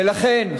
ולכן,